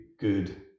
good